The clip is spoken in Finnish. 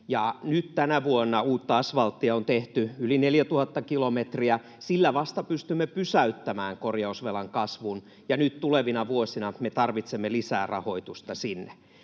Nyt tänä vuonna uutta asfalttia on tehty yli 4 000 kilometriä. Sillä pystymme vasta pysäyttämään korjausvelan kasvun, ja nyt tulevina vuosina me tarvitsemme lisää rahoitusta sinne.